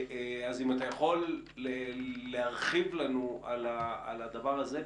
אם אתה יכול להרחיב לנו על הדבר הזה,